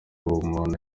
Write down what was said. ubumuntu